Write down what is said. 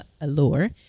allure